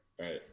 Right